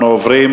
אנחנו עוברים